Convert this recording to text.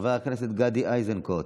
חבר הכנסת גדי איזנקוט,